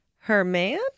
Herman